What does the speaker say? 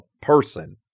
person